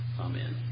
Amen